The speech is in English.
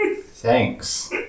Thanks